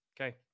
Okay